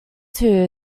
two